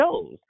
shows